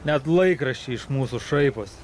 net laikraščiai iš mūsų šaiposi